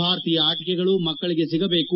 ಭಾರತೀಯ ಆಟಕೆಗಳು ಮಕ್ಕಳಿಗೆ ಸಿಗಬೇಕು